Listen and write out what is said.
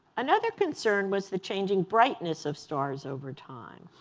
another concern was the changing brightness of stars over time.